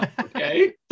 okay